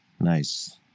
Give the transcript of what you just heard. Nice